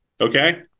okay